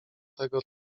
tego